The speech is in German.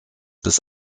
bis